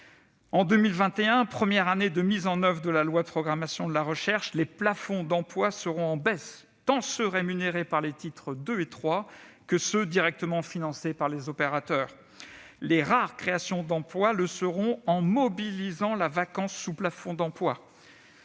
En 2021, première année de mise en oeuvre de la loi de programmation de la recherche, les plafonds d'emplois seront en baisse, tant ceux qui sont rémunérés par les titres 2 et 3 que ceux qui sont directement financés par les opérateurs. Les rares créations d'emplois le seront « en mobilisant la vacance sous plafond d'emplois